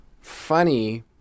funny